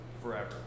forever